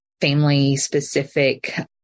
family-specific